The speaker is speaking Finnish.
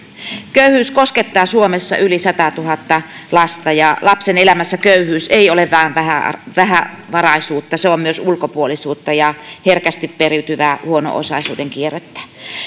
köyhyys koskettaa suomessa yli sataatuhatta lasta ja lapsen elämässä köyhyys ei ole vain vähävaraisuutta se on myös ulkopuolisuutta ja herkästi periytyvää huono osaisuuden kierrettä